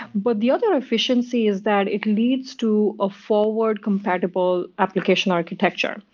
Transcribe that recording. but the other efficiency is that it leads to a forward compatible application architecture.